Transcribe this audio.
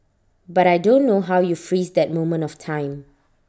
but I don't know how you freeze that moment of time